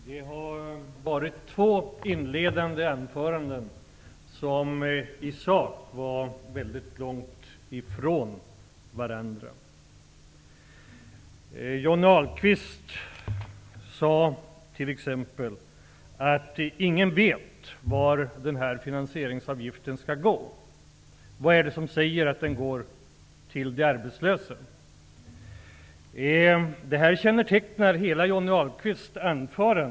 Herr talman! De två inledande anförandena låg väldigt långt ifrån varandra i sak. Johnny Ahlqvist sade t.ex. att ingen vet vart finansieringsavgiften skall gå. Han undrade vad det är som säger att den går till de arbetslösa. Detta uttalande kännnetecknar hela Johnny Ahlqvists anförande.